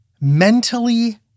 Mentally